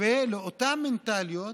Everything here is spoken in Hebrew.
ולאותה מנטליות